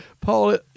Paul